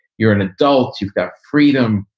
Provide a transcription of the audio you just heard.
you're an adult. you've got freedom.